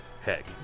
Heck